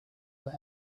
but